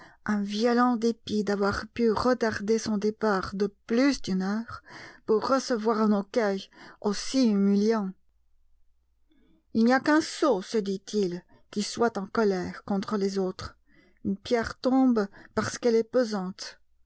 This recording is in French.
un violent dépit d'avoir pu retarder son départ de plus d'une heure pour recevoir un accueil aussi humiliant il n'y a qu'un sot se dit-il qui soit en colère contre les autres une pierre tombe parce qu'elle est pesante